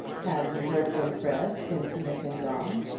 have you heard from fred since he has been gone?